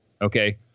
Okay